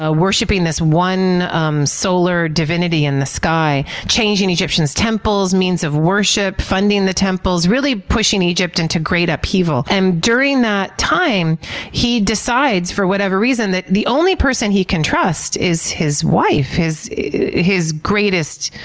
ah worshiping this one um solar divinity in the sky, changing egyptians temples, means of worship, funding the temples, really pushing egypt into great upheaval. and during that time he decides, for whatever reason, that the only person he can trust is his wife, his his greatest,